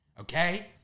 okay